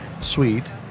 suite